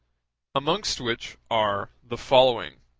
amongst which are the following